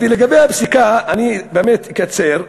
אני אקצר.